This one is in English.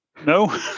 No